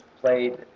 played